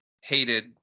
hated